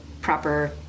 proper